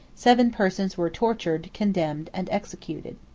seven persons were tortured, condemned, and executed.